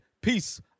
Peace